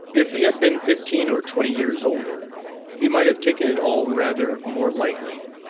if he had been fifteen or twenty years older he might have taken it all rather more lightly.